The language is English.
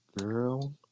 Girl